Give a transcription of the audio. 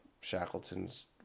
Shackleton's